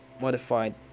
modified